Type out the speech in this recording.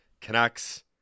Canucks